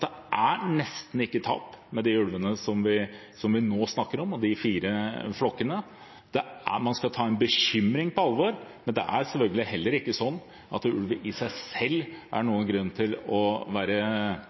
det nesten ikke er tap med de ulvene som vi nå snakker om, de fire flokkene. Man skal ta en bekymring på alvor, men det er selvfølgelig heller ikke sånn at ulv i seg selv er